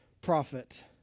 prophet